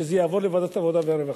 שזה יעבור לוועדת עבודה ורווחה.